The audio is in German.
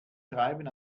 schreiben